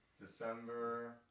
December